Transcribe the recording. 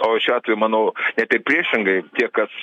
o šiuo atveju manau net ir priešingai tie kas